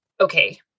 Okay